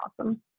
awesome